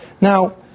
now